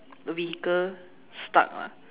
vehicle stuck lah